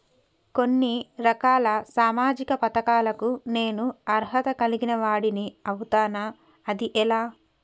కొన్ని రకాల సామాజిక పథకాలకు నేను అర్హత కలిగిన వాడిని అవుతానా? అది ఎలా?